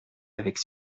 avec